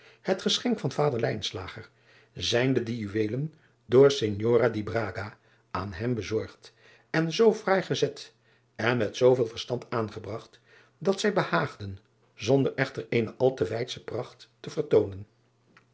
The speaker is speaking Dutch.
het geschenk van vader zijnde die juweelen door ignore aan hem bezorgd en zoo fraai gezet en met zooveel verstand aangebragt dat zij behaagden zonder echter eene al te weidsche pracht te vertoonen